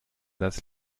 das